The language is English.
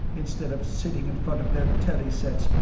instead of sitting in front of their telly sets,